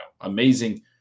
amazing